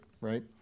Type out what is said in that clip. right